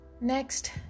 next